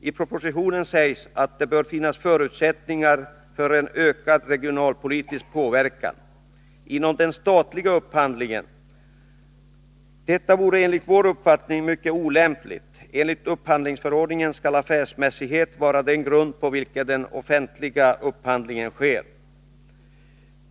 I propositionen sägs att det bör finnas förutsättningar för en ökad regionalpolitisk påverkan inom den statliga upphandlingen. Detta vore Nr 143 enligt vår uppfattning mycket olämpligt. Enligt upphandlingsförordningen skall affärsmässighet vara den grund på vilken den offentliga upphandlingen sker.